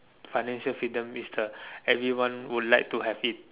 financial freedom is the everyone would like to have it